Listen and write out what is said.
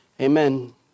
amen